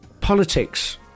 Politics